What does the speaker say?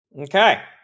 Okay